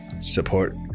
support